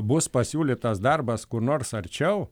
bus pasiūlytas darbas kur nors arčiau